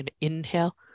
Inhale